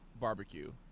barbecue